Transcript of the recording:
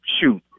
Shoot